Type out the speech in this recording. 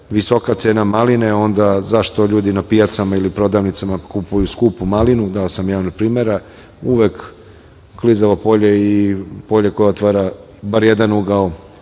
visoka cena maline, onda zašto ljudi na pijacama ili prodavnicama kupuju skupu malinu. Uvek klizavo polje i polje koje otvara bar jedan ugao